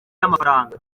y’amafaranga